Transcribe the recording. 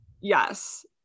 Yes